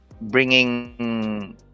bringing